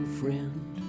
friend